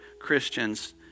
Christians